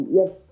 yes